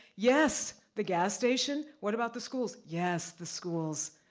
yes, the gas station. what about the schools? yes, the schools.